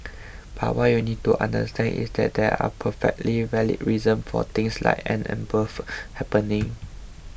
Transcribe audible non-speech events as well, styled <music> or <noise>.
but what you need to understand is that there are perfectly valid reasons for things like and above happening <noise>